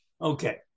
Okay